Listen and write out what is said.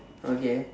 okay